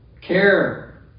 care